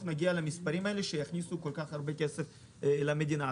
נגיע למספרים האלה שיכניסו כסף רב למדינה?